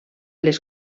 les